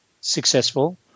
successful